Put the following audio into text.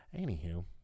anywho